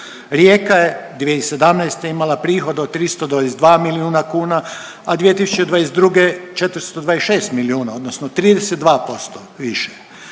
Rijeka je 2017. imala prihod od 322 milijuna kuna, a 2022. 426 milijuna odnosno 32% više,